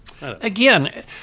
Again